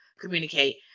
communicate